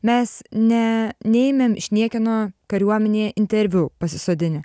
mes ne neėmėm iš niekieno kariuomenėje interviu pasisodinę